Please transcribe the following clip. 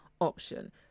Option